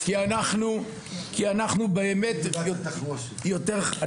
והאמת היא שזה משהו שהכנסנו רק בשנים האחרונות.